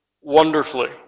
wonderfully